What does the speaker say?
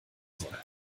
soll